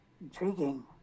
Intriguing